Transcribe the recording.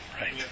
right